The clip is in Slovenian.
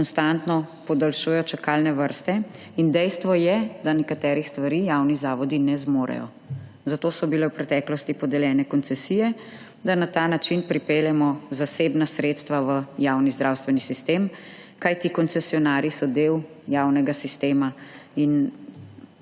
konstantno podaljšujejo čakalne vrste in dejstvo je, da nekaterih stvari javni zavodi ne zmorejo. Zato so bile v preteklosti podeljene koncesije, da na ta način pripeljemo zasebna sredstva v javni zdravstveni sistem, kajti koncesionarji so del javnega sistema;